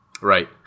right